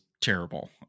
terrible